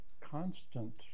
constant